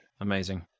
Amazing